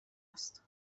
است